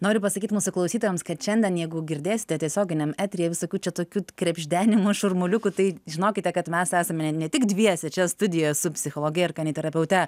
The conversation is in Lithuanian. noriu pasakyt mūsų klausytojams kad šiandien jeigu girdėsite tiesioginiam eteryje visokių čia tokių krebždenimų šurmuliukų tai žinokite kad mes esame ne tik dviese čia studijoje su psichologe ir kaniterapeute